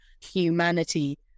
humanity